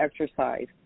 exercise